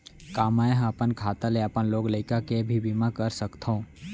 का मैं ह अपन खाता ले अपन लोग लइका के भी बीमा कर सकत हो